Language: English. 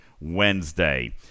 Wednesday